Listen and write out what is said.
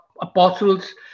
Apostles